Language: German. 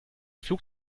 flug